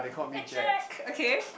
hey Jack okay